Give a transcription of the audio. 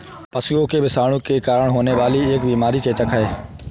पशुओं में विषाणु के कारण होने वाली एक बीमारी चेचक है